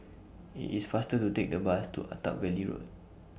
IT IS faster to Take The Bus to Attap Valley Road